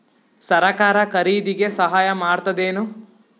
ಸರಕಾರ ಖರೀದಿಗೆ ಸಹಾಯ ಮಾಡ್ತದೇನು?